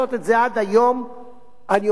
אני אומר את זה בצורה מאוד ברורה,